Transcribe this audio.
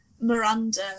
miranda